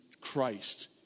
Christ